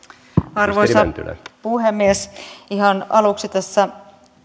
arvoisa puhemies ihan aluksi tässä